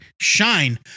shine